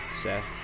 Seth